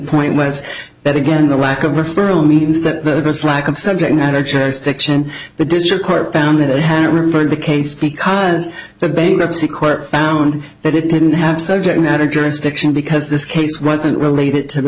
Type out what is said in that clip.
point was that again the lack of referral means that it was lack of subject matter jurisdiction the district court found it had referred the case because the bankruptcy court found that it didn't have subject matter jurisdiction because this case wasn't related to the